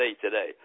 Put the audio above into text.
Today